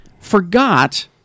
forgot